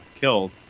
killed